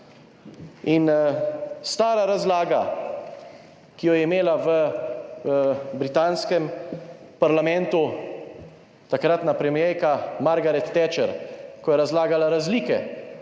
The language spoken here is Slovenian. Stara razlaga, ki jo je imela v britanskem parlamentu takratna premierka Margaret Thatcher, ko je razlagala razlike